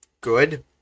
good